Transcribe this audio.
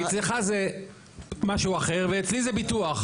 כי אצלך משהו אחר ואצלי זה ביטוח.